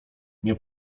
nie